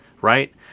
right